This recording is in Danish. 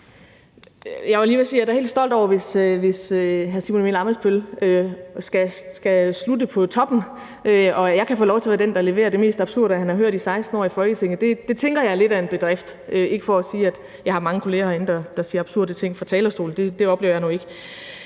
da er helt stolt, hvis hr. Simon Emil Ammitzbøll-Bille skal slutte på toppen og jeg kan få lov til at være den, der leverer det mest absurde, han har hørt i 16 år i Folketinget. Det tænker jeg er lidt af en bedrift – ikke for at sige, at jeg har mange kolleger herinde, der siger absurde ting fra talerstolen, for det oplever jeg nu ikke.